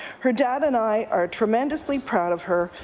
her dad and i are tremendously proud of her,